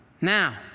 Now